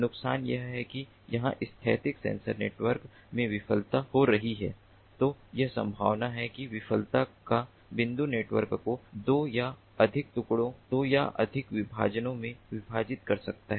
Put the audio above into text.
नुकसान यह है कि यदि स्थैतिक सेंसर नेटवर्क में विफलता हो रही है तो यह संभावना है कि विफलता का बिंदु नेटवर्क को दो या अधिक टुकड़ों दो या अधिक विभाजनों में विभाजित कर सकता है